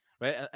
right